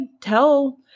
tell